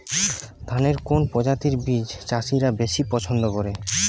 ধানের কোন প্রজাতির বীজ চাষীরা বেশি পচ্ছন্দ করে?